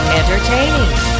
entertaining